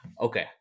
okay